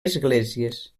esglésies